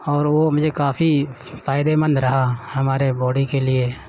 اور وہ مجھے کافی فائدے مند رہا ہمارے باڈی کے لیے